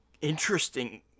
interesting